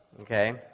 okay